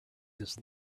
his